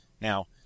Now